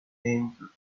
team